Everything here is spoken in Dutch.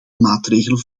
maatregelen